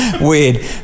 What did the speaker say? weird